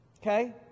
okay